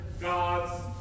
God's